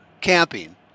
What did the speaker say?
camping